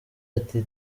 ati